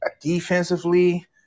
defensively